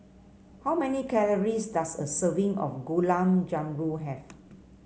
how many calories does a serving of Gulab Jamun have